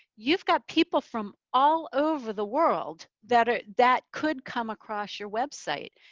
you've got people from all over the world that ah that could come across your website.